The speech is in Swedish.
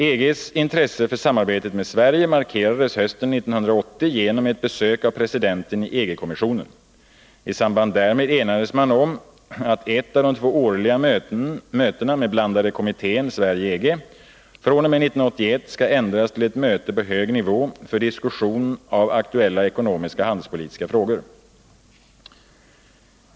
EG:s intresse för samarbete med Sverige markerades hösten 1980 genom ett besök av presidenten i EG-kommissionen. I samband därmed enades man om att ett av de två årliga mötena med blandade kommittén Sverige-EG fr.o.m. 1981 skall ändras till ett möte på hög nivå för diskussion av aktuella ekonomiska och handelspolitiska frågor.